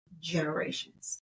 generations